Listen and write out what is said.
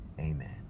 amen